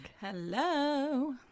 Hello